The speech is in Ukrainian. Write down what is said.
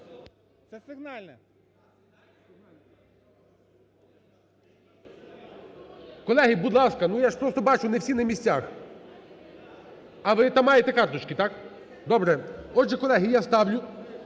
Колеги, будь ласка, я ж просто бачу не всі на місцях, а ви там маєте карточки? Добре. Отже, колеги, я ставлю